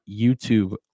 youtube